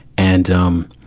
and, um,